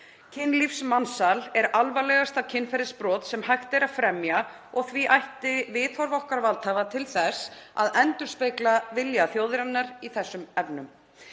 Kynlífsmansal er alvarlegasta kynferðisbrot sem hægt er að fremja og því ætti viðhorf okkar valdhafa til þess að endurspegla vilja þjóðarinnar í þessum efnum.